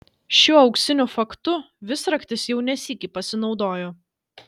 šiuo auksiniu faktu visraktis jau ne sykį pasinaudojo